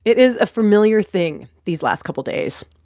it is a familiar thing these last couple days.